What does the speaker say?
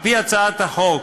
על-פי הצעת החוק,